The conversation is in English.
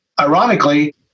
ironically